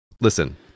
listen